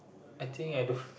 I think I don't